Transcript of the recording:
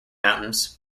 mountains